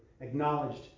acknowledged